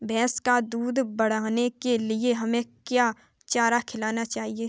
भैंस का दूध बढ़ाने के लिए हमें क्या चारा खिलाना चाहिए?